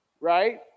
right